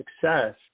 success